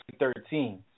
2013